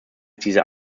dieser